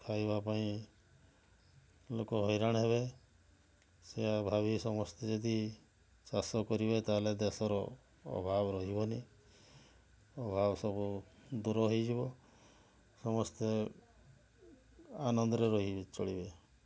ଖାଇବା ପାଇଁ ଲୋକ ହଇରାଣ ହେବେ ସେଇଆ ଭାବି ସମସ୍ତେ ଯଦି ଚାଷ କରିବେ ତା' ହେଲେ ଦେଶର ଅଭାବ ରହିବନି ଅଭାବ ସବୁ ଦୂର ହୋଇଯିବ ସମସ୍ତେ ଆନନ୍ଦରେ ରହିବେ ଚଳିବେ